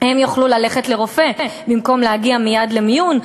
הם יוכלו ללכת לרופא במקום להגיע מייד למיון,